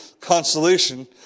consolation